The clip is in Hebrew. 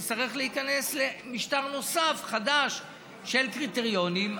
אז נצטרך להיכנס למשטר נוסף חדש של קריטריונים.